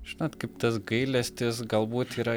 žinot kaip tas gailestis galbūt yra